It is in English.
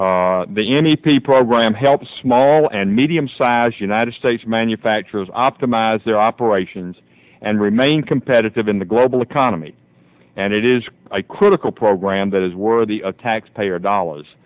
program the n e p program help small and medium size united states manufacturers optimize their operations and remain competitive in the global economy and it is critical program that is worthy of taxpayer dollar